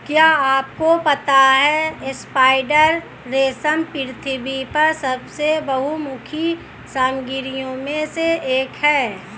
क्या आपको पता है स्पाइडर रेशम पृथ्वी पर सबसे बहुमुखी सामग्रियों में से एक है?